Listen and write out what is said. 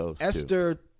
Esther